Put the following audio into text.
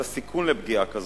את הסיכון של פגיעה כזו,